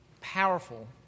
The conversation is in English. powerful